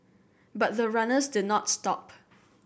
but the runners did not stop